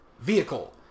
vehicle